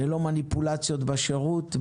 ללא מניפולציות בשירות,